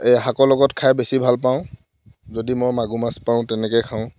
শাকৰ লগত খাই মই বেছি ভাল পাওঁ যদি মই মাগুৰ মাছ খাওঁ তেনেকৈ খাওঁ